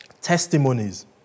testimonies